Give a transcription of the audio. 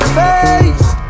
face